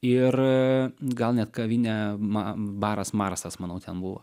ir gal net kavinė ma baras marsas manau ten buvo